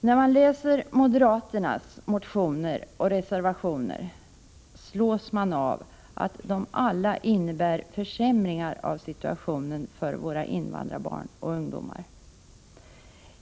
När man läser moderaternas motioner och reservationer, slås man av att de alla innebär försämringar av situationen för våra invandrarbarn och ungdomar.